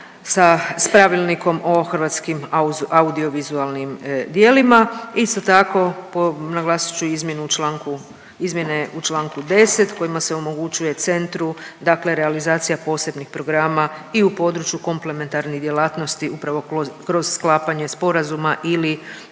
s Pravilnikom o hrvatskim audiovizualnim djelima. Isto tako, po, naglasit ću izmjenu u članku, izmjene u čl. 10 kojima se omogućuje centru dakle realizacija posebnih programa i u području komplementarnih djelatnosti upravo kroz sklapanje sporazuma ili